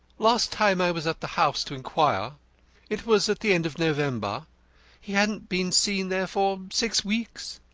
last time i was at the house to inquire it was at the end of november he hadn't been seen there for six weeks.